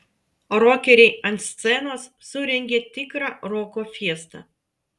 rokeriai ant scenos surengė tikrą roko fiestą